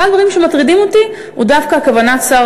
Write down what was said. אחד הדברים שמטרידים אותי הוא דווקא כוונת שר